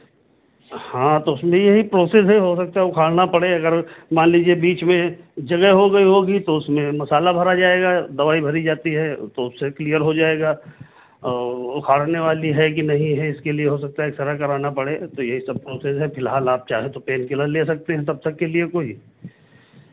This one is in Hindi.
हाँ तो उसमें ये ही प्रोसेस है हो सकता है उखाड़ना पड़े अगर मान लीजिए बीच में जगह हो गई होगी तो उसमें मसाला भरा जाएगा दवाई भरी जाती है तो उससे क्लियर हो जाएगा और उखाड़ने वाली है कि नहीं है उसके लिए हो सकता है एक्स रे कराना पड़े ये सब प्रोसेस है फिलहाल आप चाहें तो पेन किलर ले सकते हैं तब तक के लिए कोई